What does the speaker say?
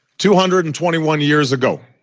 two hundred and twenty one years ago,